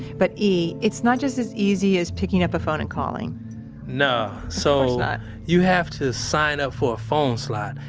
but e, it's not just as easy as picking up a phone and calling no, so and you have to sign up for a phone slot,